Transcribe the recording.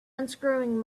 unscrewing